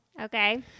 Okay